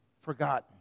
forgotten